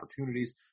opportunities